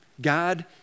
God